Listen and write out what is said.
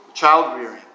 child-rearing